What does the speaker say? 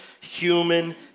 Human